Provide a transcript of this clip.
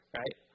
right